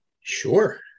sure